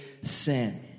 sin